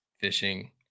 fishing